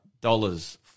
dollars